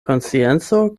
konscienco